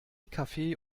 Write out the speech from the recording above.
kaffee